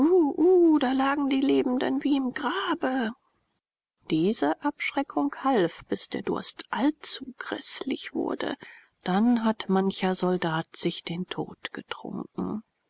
da lagen die lebenden wie im grabe diese abschreckung half bis der durst allzu gräßlich wurde dann hat mancher soldat sich den tod getrunken